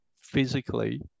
physically